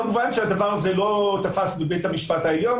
כמובן שהדבר הזה לא תפס בבית המשפט העליון,